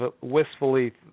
wistfully